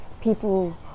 people